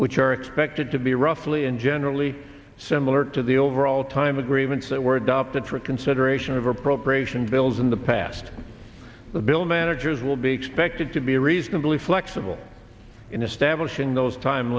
which are expected to be roughly and generally similar to the overall time agreements that were adopted for consideration of appropriation bills in the past the bill managers will be expected to be reasonably flexible in establishing those time